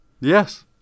yes